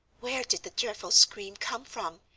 where did the dreadful scream come from?